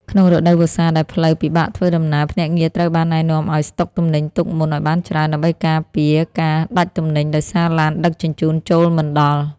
ក្នុងរដូវវស្សាដែលផ្លូវពិបាកធ្វើដំណើរ ភ្នាក់ងារត្រូវបានណែនាំឱ្យ "ស្តុកទំនិញទុកមុនឱ្យបានច្រើន" ដើម្បីការពារការដាច់ទំនិញដោយសារឡានដឹកជញ្ជូនចូលមិនដល់។